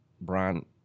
Brian